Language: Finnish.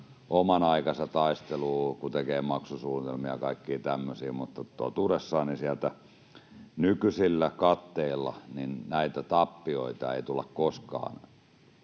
oman aikansa taisteluun, kun tekee maksusuunnitelmia ja kaikkia tämmöisiä, mutta totuudessaan nykyisillä katteilla näitä tappioita ei tulla koskaan